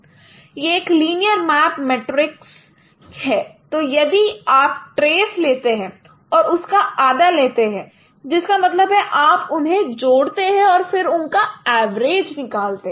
यह एक linear map matrix है तो यदि आप ट्रेस लेते हैं और उसका आधा लेते हैं जिसका मतलब है आप उन्हें जोड़ते हैं और फिर उनका एवरेज निकालते हैं